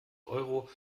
euro